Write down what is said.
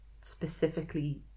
specifically